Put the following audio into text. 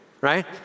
right